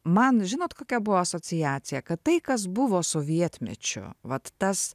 man žinot kokia buvo asociacija kad tai kas buvo sovietmečiu vat tas